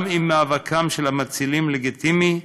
גם אם מאבקם של המצילים לגיטימי,